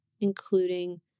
including